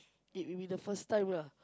it will be the first time lah